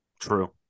true